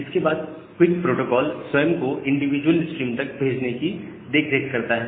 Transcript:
इसके बाद quick protocol स्वयं पैकेट को इंडिविजुअल स्ट्रीम तक भेजने की देखरेख करता है